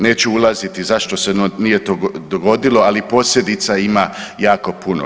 Neću ulaziti zašto se nije dogodilo, ali posljedica ima jako puno.